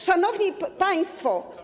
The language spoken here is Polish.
Szanowni Państwo!